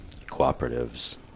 cooperatives